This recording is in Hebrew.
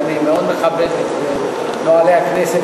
ואני מאוד מכבד את נוהלי הכנסת,